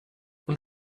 und